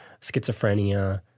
schizophrenia